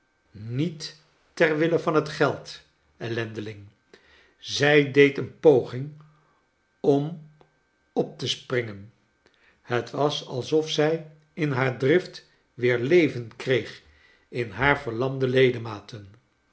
niet ter wille van het geld ellendeling zij deed een poging om op te springen het was alsof zij in haar drift weer leven kreeg in haar verlamde ledematen